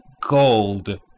gold